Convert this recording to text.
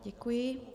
Děkuji.